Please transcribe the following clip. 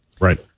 Right